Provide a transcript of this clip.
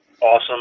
awesome